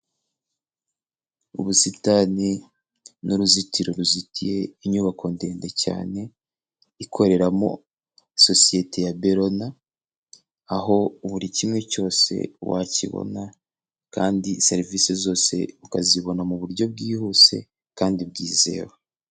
Ubusitani n'uruzitiro ruzitiye inyubako ndende cyane, ikoreramo sosiyete ya Berona, aho buri kimwe cyose wakibona, kandi serivisi zose ukazibona mu buryo bwihuse kandi bwizewe.